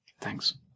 Thanks